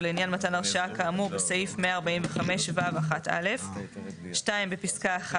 או לעניין מתן הרשאה כאמור בסעיף 145(ו)(1א)"; בפסקה (1),